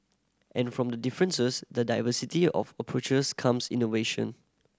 and from the differences the diversity of approaches comes innovation